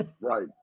Right